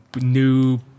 new